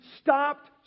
stopped